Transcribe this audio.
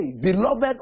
beloved